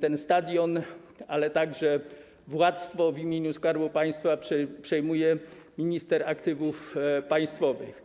ten stadion, ale także władztwo w imieniu Skarbu Państwa, przejmuje minister aktywów państwowych.